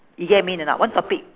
you get what I mean or not one topic